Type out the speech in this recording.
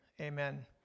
amen